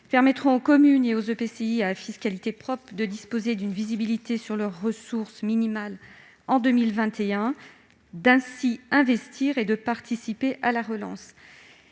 permettront aux communes et aux EPCI à fiscalité propre de disposer d'une visibilité sur leurs ressources minimales en 2021, pour ainsi investir et participer à la relance.